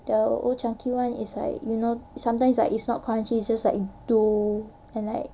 the old chang kee one is like you know sometimes like it's not crunchy it's just like dough and then like